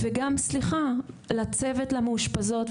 וגם, סליחה, לצוות למאושפזות.